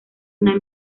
una